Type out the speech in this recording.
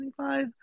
25